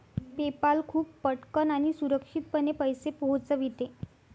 PayPal खूप पटकन आणि सुरक्षितपणे पैसे पोहोचविते